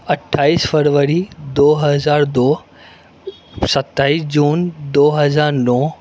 اٹھائس فروری دو ہزار دو ستائس جون دو ہزار نو